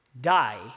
Die